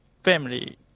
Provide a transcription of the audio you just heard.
family